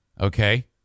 Okay